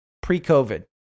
pre-COVID